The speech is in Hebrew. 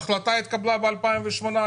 ההחלטה התקבלה ב-2018,